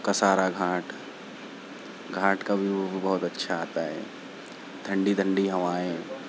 کسارا گھاٹ گھاٹ کا ویو بہت اچھا آتا ہے ٹھنڈی ٹھنڈی ہوائیں